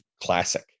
classic